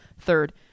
third